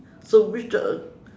so which uh